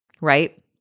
right